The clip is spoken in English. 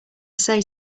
say